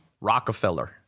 Rockefeller